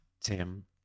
Tim